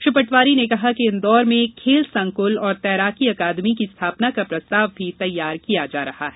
श्री पटवारी ने कहा कि इंदौर में खेल संकल और तैराकी अकादमी की स्थापना का प्रस्ताव भी तैयार किया जा रहा है